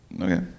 Okay